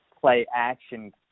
play-action